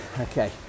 okay